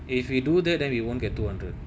if you do that then we won't get two hundred